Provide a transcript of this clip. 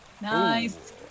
Nice